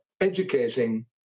educating